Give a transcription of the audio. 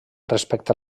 respecte